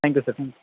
thank you sir thank you